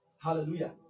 Hallelujah